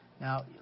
Now